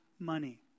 Money